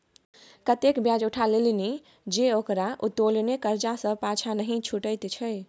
एतेक ब्याज उठा लेलनि जे ओकरा उत्तोलने करजा सँ पाँछा नहि छुटैत छै